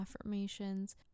affirmations